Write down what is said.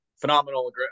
phenomenal